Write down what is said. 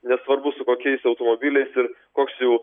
nesvarbu su kokiais automobiliais ir koks jų